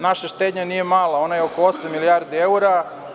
Naša štednja nije mala, ona je oko osam milijardi evra.